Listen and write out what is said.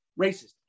Racist